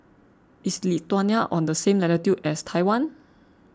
is Lithuania on the same latitude as Taiwan